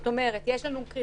זאת אומרת, יש לנו קריטריון